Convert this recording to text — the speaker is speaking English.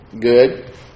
good